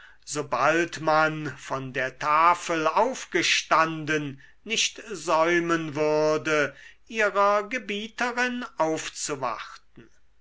sobald man von der tafel aufgestanden nicht säumen würde ihrer gebieterin aufzuwarten